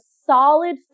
solid